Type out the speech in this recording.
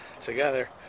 together